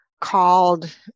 called